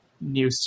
new